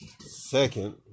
Second